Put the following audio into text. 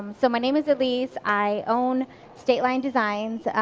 so my name is elise. i own state line designs.